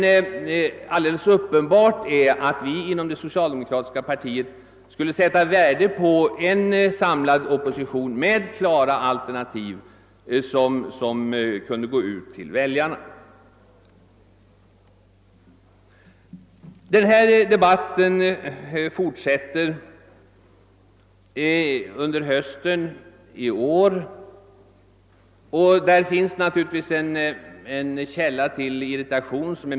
Alldeles uppenbart är att vi inom det socialdemokratiska partiet skulle sätta värde på en samlad opposition med klara alternativ som kunde erbjudas väljarna. Denna debatt har fortsatt under hösten i år. Det har naturligtvis varit en mycket stor källa till irritation.